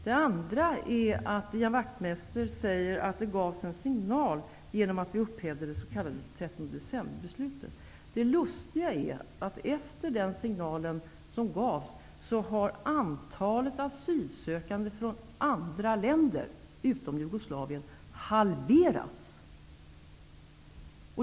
Vidare säger Ian Wachtmeister att det gavs en signal genom att vi upphävde det s.k. 13 december-beslutet. Men det lustiga är att efter den signal som då gavs har antalet asylsökande från andra länder utom Jugoslavien halverats.